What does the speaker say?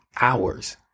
hours